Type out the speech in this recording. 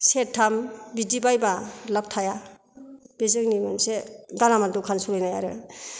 सेरथाम बिदि बायबा लाब थाया बे जोंनि मोनसे गालामाल दखान सोलिनाय आरो